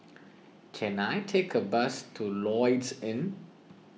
can I take a bus to Lloyds Inn